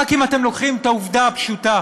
אם אתם רק לוקחים את העובדה הפשוטה,